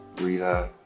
Rita